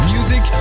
Music